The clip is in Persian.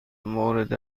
مورد